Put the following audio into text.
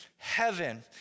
Heaven